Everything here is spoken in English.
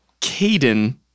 Caden